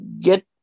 get